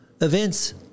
events